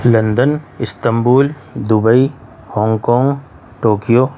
London Istanbul Dubai Hong Kong Tokyo